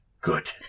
good